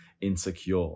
insecure